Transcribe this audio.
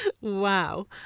Wow